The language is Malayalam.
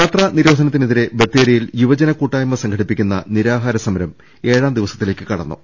യാത്രാ നിരോധനത്തിനെതിരെ ബത്തേരിയിൽ യുവജന കൂട്ടായ്മ സംഘടിപ്പിക്കുന്ന നിരാഹാര സ്മരം ഏഴാം ദിവ സത്തിലേക്ക് കടന്നു